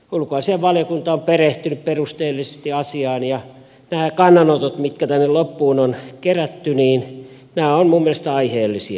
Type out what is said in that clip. ulkoasiainvaliokunta on perehtynyt perusteellisesti asiaan ja nämä kannanotot mitkä tänne loppuun on kerätty ovat mielestäni aiheellisia